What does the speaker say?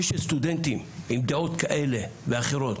זה שסטודנטים עם דעות כאלה ואחרות,